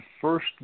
first